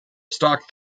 stock